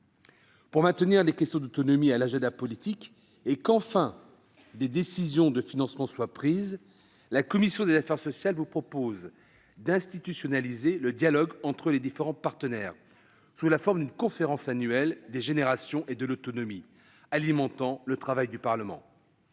Pour maintenir les questions d'autonomie à l'agenda politique et qu'enfin des décisions de financement soient prises, la commission des affaires sociales vous propose d'institutionnaliser le dialogue entre les différents partenaires, sous la forme d'une conférence annuelle des générations et de l'autonomie, alimentant le travail du Parlement.